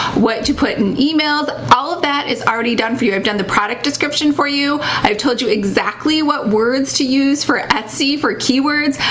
what to put in emails, all of that is already done for you. i've done the product description for you. i've told you exactly what words to use for etsy for keywords.